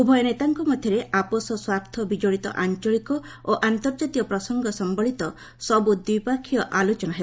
ଉଭୟ ନେତାଙ୍କ ମଧ୍ୟରେ ଆପୋଷ ସ୍ୱାର୍ଥ ବିକଡ଼ିତ ଆଞ୍ଚଳିକ ଓ ଅନ୍ତର୍ଜାତୀୟ ପ୍ରସଙ୍ଗ ସମ୍ଭଳିତ ସବୁ ଦ୍ୱିପକ୍ଷୀୟ ଆଲୋଚନା ହେବ